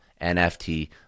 NFT